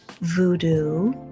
Voodoo